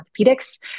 orthopedics